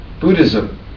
Buddhism